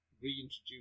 reintroduce